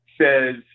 says